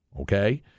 okay